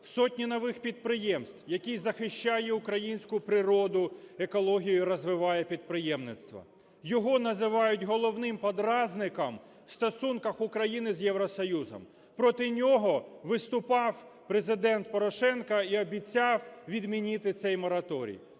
сотні нових підприємств, який захищає українську природу, екологію і розвиває підприємництво. Його називають головним подразником в стосунках України з Євросоюзом. Проти нього виступав Президент Порошенко і обіцяв відмінити цей мораторій.